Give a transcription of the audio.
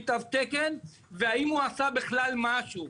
תו תקן והאם הוא עשה עם זה בכלל משהו?